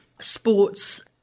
sports